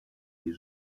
les